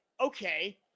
okay –